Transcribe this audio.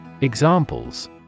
Examples